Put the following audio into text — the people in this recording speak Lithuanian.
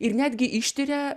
ir netgi ištiria